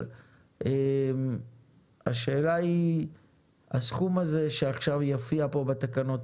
אבל השאלה היא הסכום הזה שעכשיו יופיע פה בתקנות,